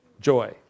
Joy